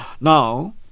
now